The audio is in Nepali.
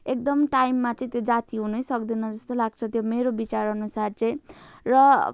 एकदम टाइममा चाहिँ त्यो जाती हुनैसक्दैन जस्तो लाग्छ त्यो मेरो विचारअनुसार चाहिँ र